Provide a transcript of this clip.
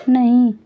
नहीं